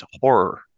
horror